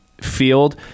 field